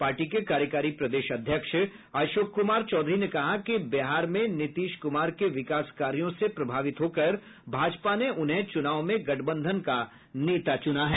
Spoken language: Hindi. पार्टी के कार्यकारी प्रदेश अध्यक्ष अशोक कुमार चौधरी ने कहा कि बिहार में नीतीश कुमार के विकास कार्यों से प्रभावित होकर भाजपा ने उन्हें चुनाव में गठबंधन का नेता चुना है